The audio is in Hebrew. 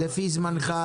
לפי זמנך,